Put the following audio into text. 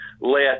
let